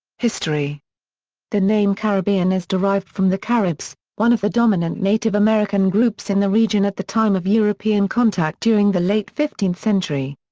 history the name caribbean is derived from the caribs, one of the dominant native american groups in the region at the time of european contact during the late fifteenth century.